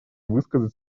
высказать